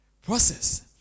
Process